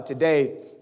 Today